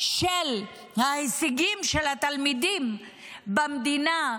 של ההישגים של התלמידים במדינה,